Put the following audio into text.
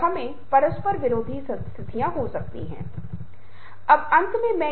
हम पाते हैं कि रिश्तों का एक अलग प्रकार इन रिश्तों को समझने का एक अलग तरीका शायद आवश्यक है